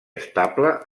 estable